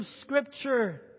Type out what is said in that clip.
Scripture